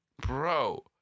Bro